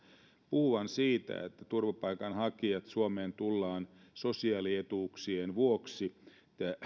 puhuvan siitä että turvapaikanhakijat tulevat suomeen sosiaalietuuksien vuoksi